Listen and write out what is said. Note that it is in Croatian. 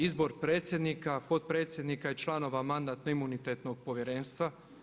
Izbor predsjednika, potpredsjednika i članova Mandatno-imunitetnog povjerenstva.